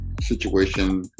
situation